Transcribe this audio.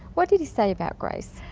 what did he say about grace?